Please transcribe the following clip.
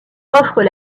offrent